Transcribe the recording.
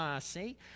see